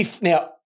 Now